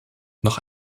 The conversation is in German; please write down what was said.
noch